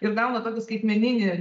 ir gauna tokį skaitmeninį